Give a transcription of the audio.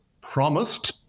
promised